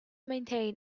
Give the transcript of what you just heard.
maintain